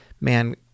man